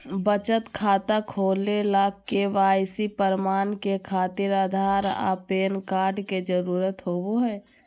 बचत खाता खोले ला के.वाइ.सी प्रमाण के खातिर आधार आ पैन कार्ड के जरुरत होबो हइ